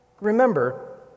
Remember